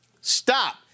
stop